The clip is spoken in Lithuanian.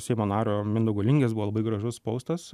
seimo nario mindaugo lingės buvo labai gražus postas